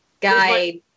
guy